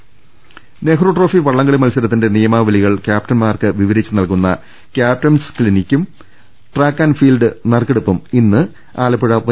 പുറപ്പെട്ടത്ത Nehru trophy വള്ളം കളി മത്സ രത്തിന്റെ നിയമാവലികൾ ക്യാപ്റ്റൻമാർക്ക് വിവരിച്ച് നൽകുന്ന ക്യാപ്റ്റൻസ് ക്സിനിക്കും ട്രാക്ക് ആന്റ് ഫീൽഡ്സ് നറുക്കെടുപ്പും ഇന്ന് ആലപ്പുഴ വൈ